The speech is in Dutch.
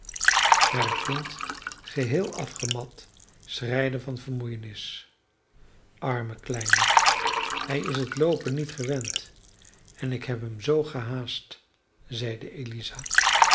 maar het kind geheel afgemat schreide van vermoeienis arme kleine hij is het loopen niet gewend en ik heb hem zoo gehaast zeide eliza